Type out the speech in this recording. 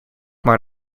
maar